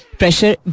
pressure